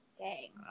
Okay